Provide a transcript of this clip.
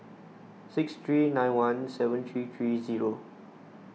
six three nine one seven three three zero